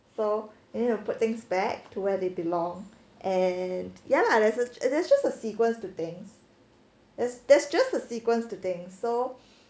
so for you need to put things back to where they belong and ya lah there's just a sequence to things that's that's just a sequence to things so